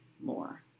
more